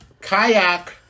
Kayak